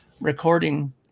recording